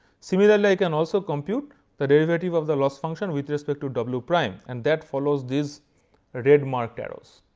similarly, i can also compute the derivative of the loss function with respect to w prime and that follows these red mark arrows.